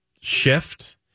shift